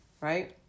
right